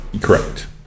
correct